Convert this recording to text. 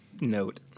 note